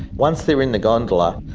once they are in the gondola,